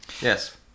yes